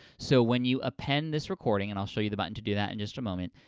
so when you append this recording, and i'll show you the button to do that in just a moment,